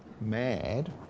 mad